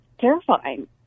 terrifying